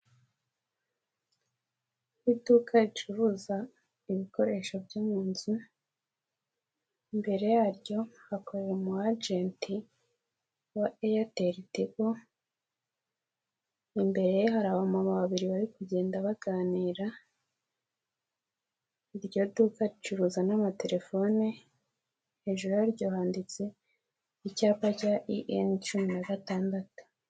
Iduka ricuruza ibikoresho byo mu nzu, imbere yaryo hakorera umu ajenti wa Eyateli tigo, imbere hari abagabo babiri bari kugenda baganira, iryo duka ricuruza n'amatelefone, hejuru yaryo handitse icyapa cya EN cumi na gatandatu.